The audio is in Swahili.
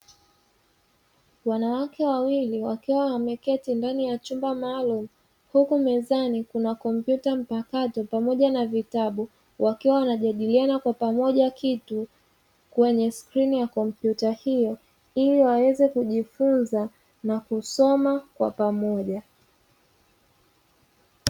Wanawake wawili wakiwa wameketi ndani ya chumba maalumu, huku mezani kukiwa na kompyuta mpakato pamoja na vitabu, wakiwa wanajadiliana kwa pamoja kitu kilicho kwenye skrini ya kompyuta hiyo ili waweze kujifunza na kusoma kwa pamoja.